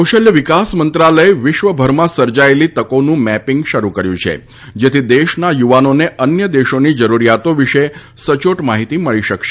કૌશલ્ય વિકાસ મંત્રાલયે વિશ્વભરમાં સર્જાયેલી તકોનું મેપિંગ શરૂ કર્યું છે જેથી દેશના યુવાનોને અન્ય દેશોની જરૂરિયાતો વિશે સયોટ માહિતી મળી શકશે